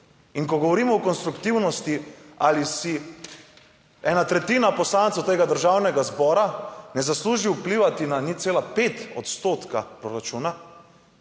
in ko govorimo o konstruktivnosti ali si ena tretjina poslancev tega državnega zbora ne zasluži vplivati na 0,5 odstotka proračuna,